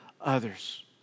others